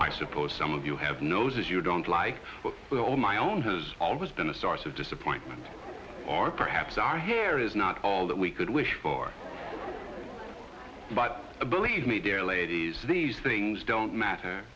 i suppose some of you have noses you don't like oh my own has always been a source of disappointment or perhaps our hair is not all that we could wish for but believe me there ladies these things don't matter